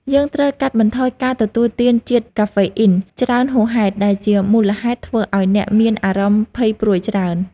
យើងត្រូវកាត់បន្ថយការទទួលទានជាតិកាហ្វេអ៊ីនច្រើនហួសហេតុ ដែលជាមូលហេតុធ្វើឱ្យអ្នកមានអារម្មណ៍ភ័យព្រួយច្រើន។